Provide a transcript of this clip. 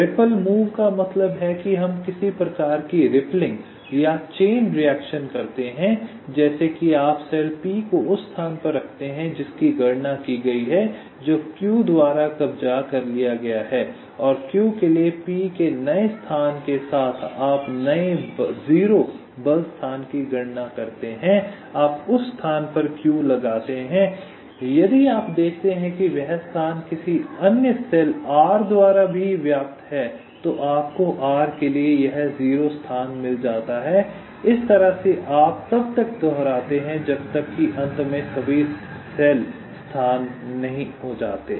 ripple move का मतलब है कि हम किसी प्रकार की रिपलिंग या चेन रिएक्शन करते हैं जैसे कि आप सेल p को उस स्थान पर रखते हैं जिसकी गणना की गई है जो q द्वारा कब्जा कर लिया गया है और q के लिए p के नए स्थान के साथ आप नए 0 बल स्थान की गणना करते हैं आप उस स्थान पर q लगाते हैं यदि आप देखते हैं कि वह स्थान किसी अन्य सेल r द्वारा भी व्याप्त है तो आपको r के लिए यह 0 स्थान मिल जाता है इस तरह से आप तब तक दोहराते हैं जब तक कि अंत में सभी सेल स्थान नहीं हो जाते